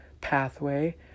pathway